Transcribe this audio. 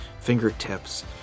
fingertips